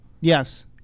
Yes